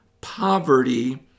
poverty